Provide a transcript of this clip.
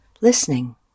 listening